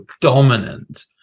dominant